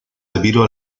debido